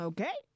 Okay